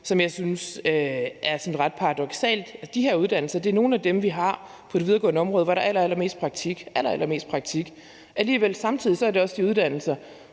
som jeg synes er sådan ret paradoksalt, er, at de her uddannelser er nogle af dem, vi har på det videregående område, hvor der er allerallermest praktik – allerallermest praktik. Men alligevel er det samtidig også de uddannelser,